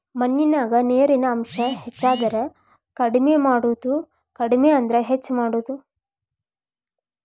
ಮಣ್ಣಿನ್ಯಾಗ ನೇರಿನ ಅಂಶ ಹೆಚಾದರ ಕಡಮಿ ಮಾಡುದು ಕಡಮಿ ಆದ್ರ ಹೆಚ್ಚ ಮಾಡುದು